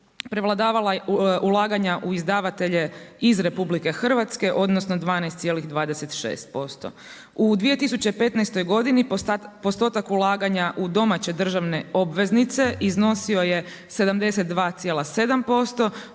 prevladavala ulaganja iz izdavatelje iz RH, odnosno 12,26%. U 2015. godini, postotak ulaganja u domaće državne obveznice iznosio je 72,7%,